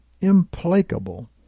implacable